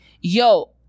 yo